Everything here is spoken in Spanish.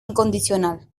incondicional